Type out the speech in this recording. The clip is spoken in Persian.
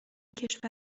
کشور